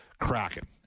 Kraken